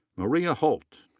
maria hult.